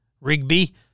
Rigby